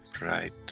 Right